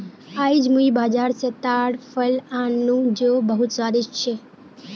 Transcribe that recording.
आईज मुई बाजार स ताड़ फल आन नु जो बहुत स्वादिष्ट छ